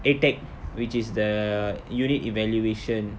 A_T_A_C which is the unit evaluation